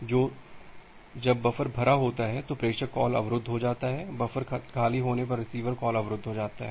तो जब बफर भरा होता है तो प्रेषक कॉल अवरुद्ध हो जाती है बफर खाली होने पर रिसीवर कॉल अवरुद्ध हो जाता है